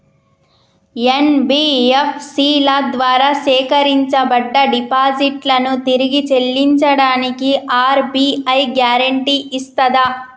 NBFC ల ద్వారా సేకరించబడ్డ డిపాజిట్లను తిరిగి చెల్లించడానికి ఆర్.బి.ఐ గ్యారెంటీ ఇస్తదా?